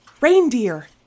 Reindeer